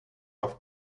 auf